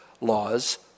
laws